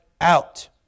out